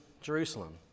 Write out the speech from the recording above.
Jerusalem